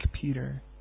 Peter